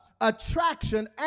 attraction